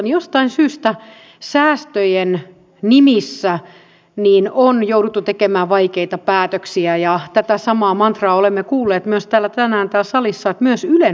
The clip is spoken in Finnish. jostain syystä säästöjen nimissä on jouduttu tekemään vaikeita päätöksiä ja tätä samaa mantraa olemme kuulleet myös tänään täällä salissa myös ylen osalta